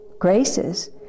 graces